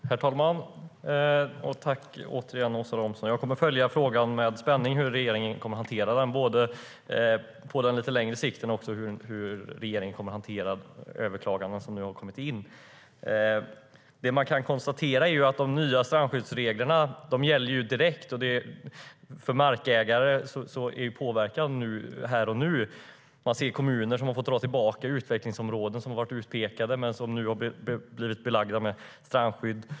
Herr talman! Tack, återigen, Åsa Romson! Jag kommer med spänning att följa hur regeringen kommer att hantera frågan på lite längre sikt och också hur regeringen kommer att hantera de överklaganden som nu har kommit in. Det man kan konstatera är att de nya strandskyddsreglerna gäller direkt. Markägare påverkas därför här och nu. Det finns kommuner som har fått dra tillbaka utpekade utvecklingsområden som nu har blivit belagda med strandskydd.